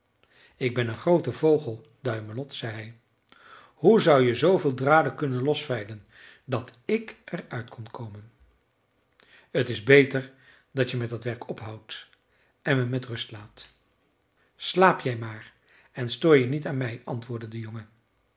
ik ben een groote vogel duimelot zei hij hoe zou je zooveel draden kunnen losvijlen dat ik er uit kon komen t is beter dat je met dat werk ophoudt en me met rust laat slaap jij maar en stoor je niet aan mij antwoordde de jongen